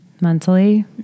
mentally